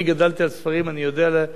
אני יודע לקרוא ספר,